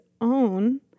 own